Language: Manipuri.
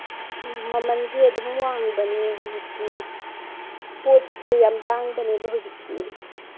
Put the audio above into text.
ꯎꯝ ꯃꯃꯜꯁꯤ ꯑꯗꯨꯝ ꯋꯥꯡꯕꯅꯤ ꯍꯧꯖꯤꯛꯇꯤ ꯄꯣꯠꯁꯦ ꯌꯥꯝ ꯇꯥꯡꯕꯅꯦꯕ ꯍꯧꯖꯤꯛꯇꯤ